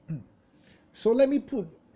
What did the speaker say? mm so let me put